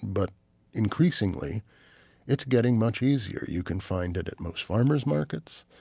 but increasingly it's getting much easier. you can find it at most farmers markets.